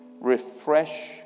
Refresh